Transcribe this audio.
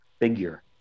figure